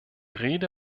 rede